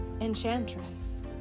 enchantress